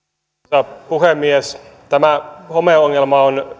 arvoisa puhemies tämä homeongelma on